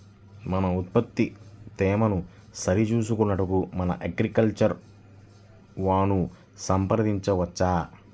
మన ఉత్పత్తి తేమను సరిచూచుకొనుటకు మన అగ్రికల్చర్ వా ను సంప్రదించవచ్చా?